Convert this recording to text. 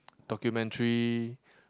documentary